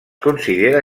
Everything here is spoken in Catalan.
considera